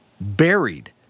buried